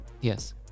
Yes